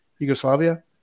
Yugoslavia